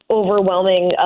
overwhelming